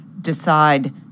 decide